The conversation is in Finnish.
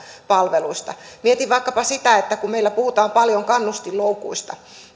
palveluista mietin vaikkapa sitä että meillä puhutaan paljon kannustinloukuista